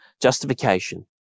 justification